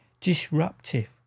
disruptive